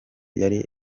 yari